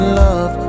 love